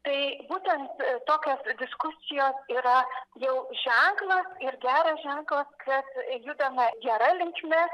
tai būtent tokios diskusijos yra jau ženklas ir geras ženklas kad judama gera linkme